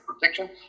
protection